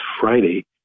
Friday